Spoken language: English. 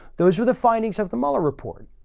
those were the findings of the mueller report.